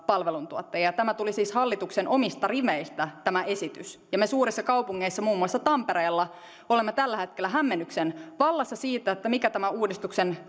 palveluntuottajia tämä esitys tuli siis hallituksen omista riveistä ja me suurissa kaupungeissa muun muassa tampereella olemme tällä hetkellä hämmennyksen vallassa siitä mikä tämän uudistuksen